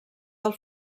del